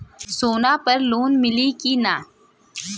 सोना पर लोन मिली की ना?